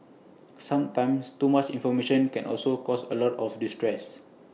sometimes too much information can also cause A lot of distress